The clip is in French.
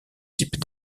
types